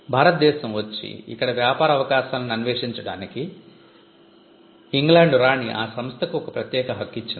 భారత దేశం వచ్చి ఇక్కడ వ్యాపార అవకాశాలను అన్వేషించడానికి రాణి ఆ సంస్థకు ఒక ప్రత్యేక హక్కు ఇచ్చింది